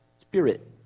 spirit